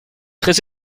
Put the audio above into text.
très